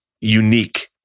unique